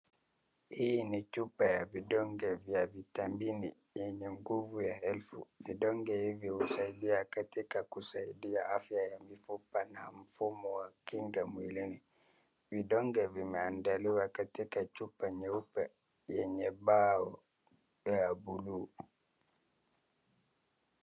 Hii ni chupa ya vidonge vya vitamini yenye nguvu ya elfu. Vidonge hivi husaidia katika kusaidia afya ya mifupa na mfumo wa kinga mwilini. Vidonge vimeandaliwa katika chupa nyeupe yenye bao la buluu.